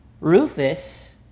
Rufus